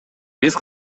биз